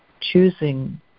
choosing